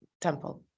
temple